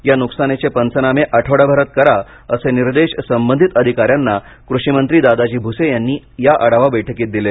या नुकसानीचे पंचनामे आठवडाभरात करा असे निर्देश संबंधित अधिकाऱ्यांना कृषी मंत्री दादाजी भूसे यांनी आढावा बैठकीत दिले